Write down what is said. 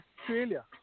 Australia